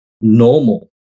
normal